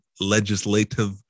legislative